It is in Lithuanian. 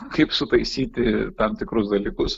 kaip sutaisyti tam tikrus dalykus